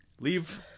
Leave